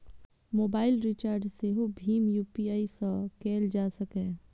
mobile recharge सेहो भीम UPI सं कैल जा सकैए